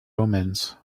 omens